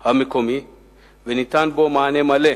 המקומי וניתן בו מענה מלא,